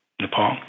Nepal